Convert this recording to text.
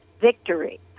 victory